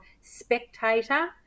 spectator